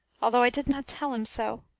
although i did not tell him so.